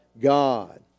God